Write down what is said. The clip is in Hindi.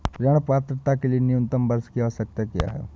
ऋण पात्रता के लिए न्यूनतम वर्ष की आवश्यकता क्या है?